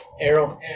Arrow